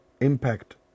impact